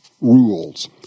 rules